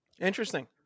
Interesting